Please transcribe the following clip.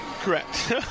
Correct